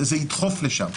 זה ידחוף לשם.